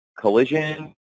Collision